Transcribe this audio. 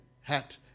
hat